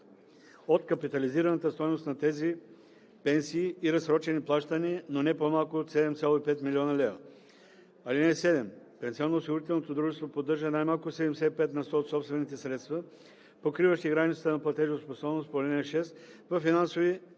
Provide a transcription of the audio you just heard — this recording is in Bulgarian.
от капитализираната стойност на тези пенсии и разсрочени плащания, но не по-малко от 7,5 млн. лв. (7) Пенсионноосигурителното дружество поддържа най-малко 75 на сто от собствените средства, покриващи границата на платежоспособност по ал. 6, във финансови